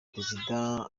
perezida